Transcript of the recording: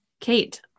Kate